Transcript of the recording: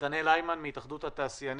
נתנאל היימן מהתאחדות התעשיינים,